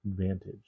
advantage